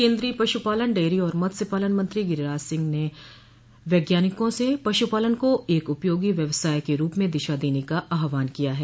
केन्द्रीय पश्पालन डेयरी और मस्त्य पालन मंत्री गिरिराज सिंह ने वैज्ञानिकों से पशुपालन को एक उपयोगी व्यवसाय के रूप में दिशा देने का आहवान किया है